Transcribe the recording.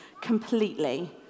completely